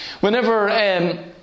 whenever